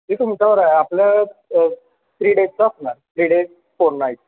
ते तुमच्यावर आहे आपलं थ्री डेजचं असणार थ्री डेज फोर नाईट्स